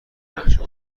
نقشه